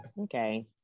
okay